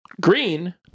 Green